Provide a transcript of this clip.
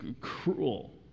cruel